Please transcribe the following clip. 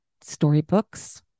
storybooks